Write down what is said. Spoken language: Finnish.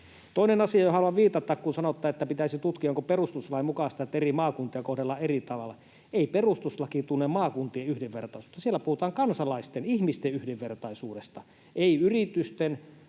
Toinen asia, johon haluan viitata, kun sanotte, että pitäisi tutkia, onko perustuslain mukaista, että eri maakuntia kohdellaan eri tavalla: Ei perustuslaki tunne maakuntien yhdenvertaisuutta. Siellä puhutaan kansalaisten, ihmisten yhdenvertaisuudesta, ei yritysten